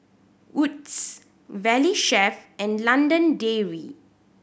Wood's Valley Chef and London Dairy